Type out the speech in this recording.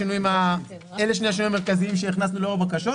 לגבי יתרה שנצברה בקרן?